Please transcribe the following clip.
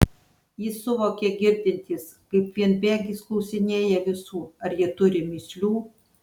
jis suvokė girdintis kaip vienbėgis klausinėja visų ar jie turi mįslių